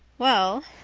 well,